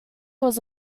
was